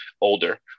older